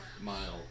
mile